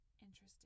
interesting